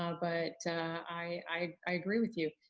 um but i i agree with you.